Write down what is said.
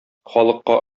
халыкка